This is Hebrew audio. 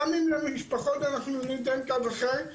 גם אם למשפחות אנחנו ניתן קו אחר,